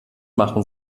machen